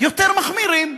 יותר מחמירים.